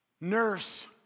nurse